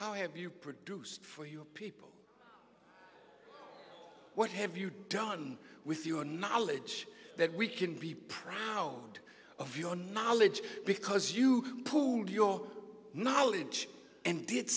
how have you produced for your people what have you done with your knowledge that we can be proud of your knowledge because you do your knowledge and did